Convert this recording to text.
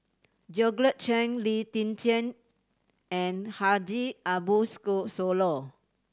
Georgette Chen Lee Tjin and Haji Ambo Sooloh